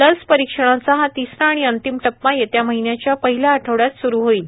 लस परिक्षणाचा हा तिसरा आणि अंतिम टप्पा येत्या महिन्याच्या पहिल्या आठवड्यात स्रु होईल